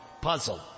puzzle